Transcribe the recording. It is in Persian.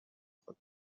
خود